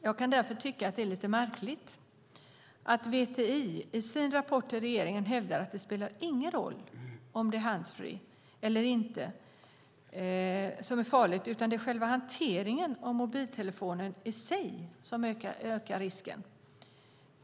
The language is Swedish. Jag kan därför tycka att det är lite märkligt att VTI i sin rapport till regeringen hävdar att det inte spelar någon roll om det är handsfree eller inte, utan det är själva hanteringen av mobiltelefonen i sig som ökar risken.